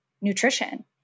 nutrition